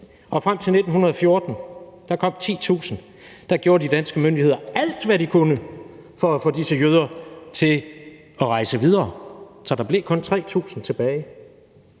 og frem til 1914 – der kom 10.000 – gjorde de danske myndigheder alt, hvad de kunne, for at få disse jøder til at rejse videre; så der blev kun 3.000 tilbage.